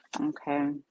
okay